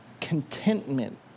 contentment